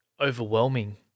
overwhelming